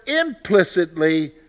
implicitly